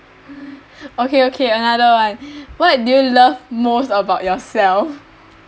okay okay another one what do you love most about yourself